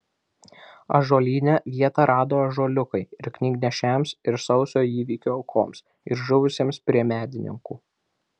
ąžuolyne vietą rado ąžuoliukai ir knygnešiams ir sausio įvykių aukoms ir žuvusiems prie medininkų